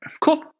Cool